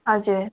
हजुर